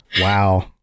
Wow